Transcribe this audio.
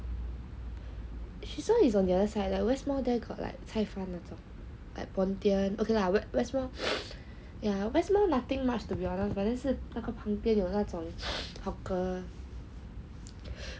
siusan is on the other side like west mall there got like 菜饭那种 pontian okay lah west mall yeah west mall nothing much to be honest but then 是那个旁边有那种 hawker